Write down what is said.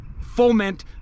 foment